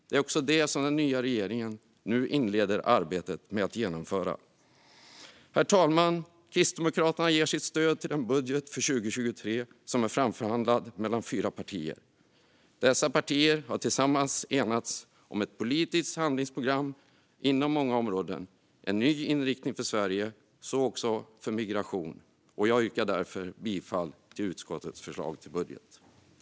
Det är också det som den nya regeringen nu inleder arbetet med att genomföra. Herr talman! Kristdemokraterna ger sitt stöd till den budget för 2023 som är framförhandlad mellan fyra partier. Dessa partier har tillsammans enats om ett politiskt handlingsprogram inom många områden och en ny inriktning för Sverige även vad gäller migration, och jag yrkar därför bifall till utskottets förslag till budget.